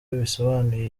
bisobanuye